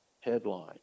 headline